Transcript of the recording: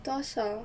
多少